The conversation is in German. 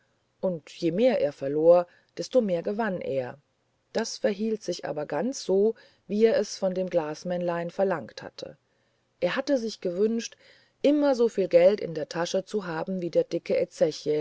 und je mehr er verlor desto mehr gewann er das verhielt sich aber ganz so wie er es vom kleinen glasmännlein verlangt hatte er hatte sich gewünscht immer so viel geld in der tasche zu haben wie der dicke